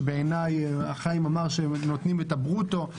שחיים אמר שהם נותנים את הברוטו.